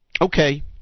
Okay